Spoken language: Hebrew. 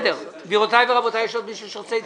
יש עוד מישהו שרוצה להתייחס?